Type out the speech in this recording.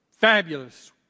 Fabulous